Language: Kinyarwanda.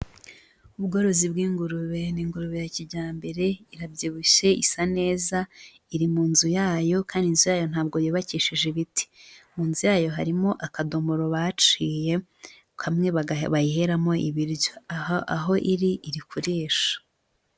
Ubworozi bw'ingurube ni ingurube ya kijyambere irabyibushye isa neza, iri mu nzu yayo kandi inzuyo ntabwo yubakishije ibiti, mu nzu yayo harimo akadomoro baciye kamwe bayiheramo ibiryo aha aho iri iri kurisha.